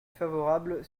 favorable